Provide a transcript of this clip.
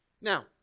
Now